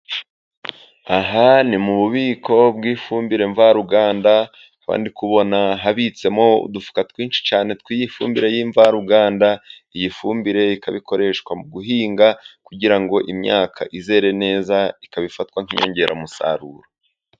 Aha ni mu bubiko bw'ifumbire mvaruganda, kandi ubona habitsemo udufuka twinshi cyane tw'ifumbire mvaruganda, iyi fumbire ikaba ikoreshwa mu guhinga, kugira ngo imyaka izere neza ikaba ifatwa nk'inyongeramusaruro.